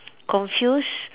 confused